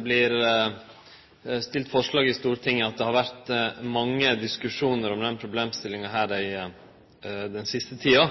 vert fremja forslag i Stortinget, for det har vore mange diskusjonar om denne problemstillinga den siste tida.